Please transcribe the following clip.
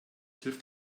hilft